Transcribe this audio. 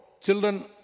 children